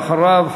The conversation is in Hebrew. ואחריו,